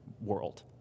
world